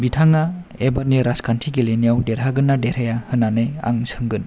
बिथाङा एबारनि राजखान्थि गेलेनायाव देरहागोनना देरहाया होननानै आं सोंगोन